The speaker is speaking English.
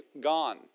gone